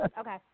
okay